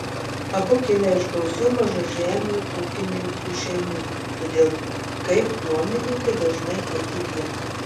abu kilę iš gausių mažažemių ūkininkų šeimų todėl kaip nuomininkai dažnai keitė vietą